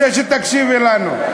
אני רוצה שתקשיבי לנו,